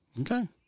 Okay